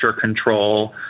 control